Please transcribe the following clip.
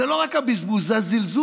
זה לא רק הבזבוז, זה הזלזול,